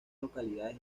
localidades